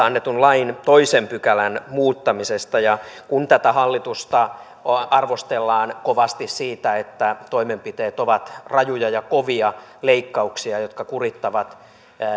annetun lain toisen pykälän muuttaminen ja kun tätä hallitusta arvostellaan kovasti siitä että toimenpiteet ovat rajuja ja on kovia leikkauksia jotka kurittavat